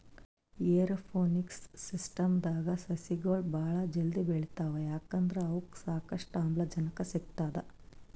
aeroponics ಸಿಸ್ಟಮ್ದಾಗ್ ಸಸಿಗೊಳ್ ಭಾಳ್ ಜಲ್ದಿ ಬೆಳಿತಾವ್ ಯಾಕಂದ್ರ್ ಅವಕ್ಕ್ ಸಾಕಷ್ಟು ಆಮ್ಲಜನಕ್ ಸಿಗ್ತದ್